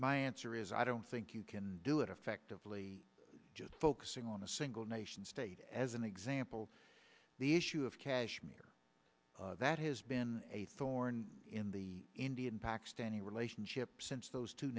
my answer is i don't think you can do it effectively just focusing on a single nation state as an example the issue of kashmir that has been a thorn in the indian pakistani relationship since those two